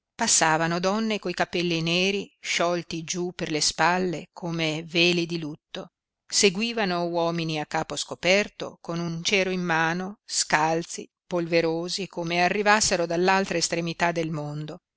passavano donne coi capelli neri sciolti giú per le spalle come veli di lutto seguivano uomini a capo scoperto con un cero in mano scalzi polverosi come arrivassero dall'altra estremità del mondo